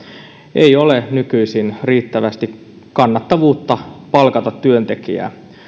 ei ole nykyisin riittävästi kannattavuutta palkata työntekijää